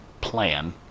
Plan